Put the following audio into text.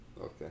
Okay